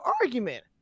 argument